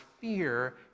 fear